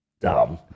dumb